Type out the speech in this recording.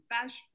fashion